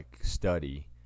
study